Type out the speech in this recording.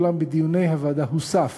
אולם בדיוני הוועדה הוסף